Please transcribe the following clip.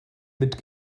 mit